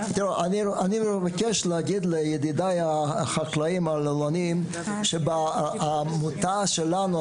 אני מבקש להגיד לידידיי החקלאים והלולנים שהעמותה שלנו,